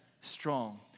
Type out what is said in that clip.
strong